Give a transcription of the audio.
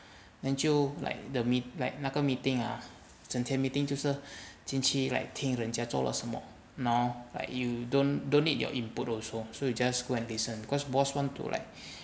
then 就 like the meet like 那个 meeting ah 整天 meeting 就是近期 like 听人家做了什么 now like you don't don't need your input also so you just go and listen cause boss want to like